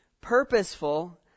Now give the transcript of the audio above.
purposeful